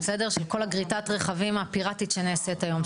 של כל גריטת הרכבים הפיראטית שנעשית היום,